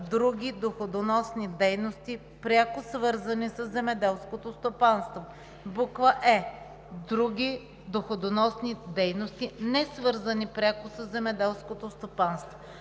други доходоносни дейности, пряко свързани със земеделското стопанство; е) други доходоносни дейности, несвързани пряко със земеделското стопанство.